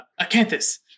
Acanthus